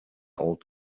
old